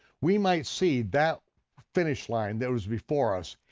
we might see that finish line that is before us,